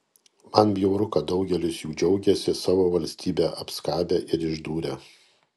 man bjauru kad daugelis jų džiaugiasi savo valstybę apskabę ir išdūrę